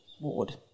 ward